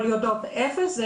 אבל יודעות אפס,